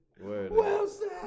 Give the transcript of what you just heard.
Wilson